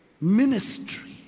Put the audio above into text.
ministry